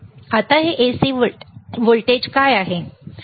आता हे AC voltage काय आहे